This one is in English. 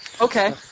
Okay